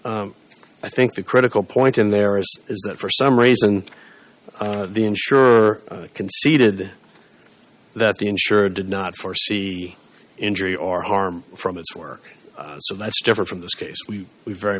i think the critical point in there is is that for some reason the insurer conceded that the insurer did not foresee injury or harm from its work so that's different from this case we very